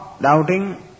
doubting